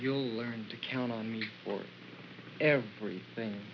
you'll learn to count on me for every thing